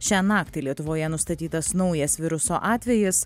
šią naktį lietuvoje nustatytas naujas viruso atvejis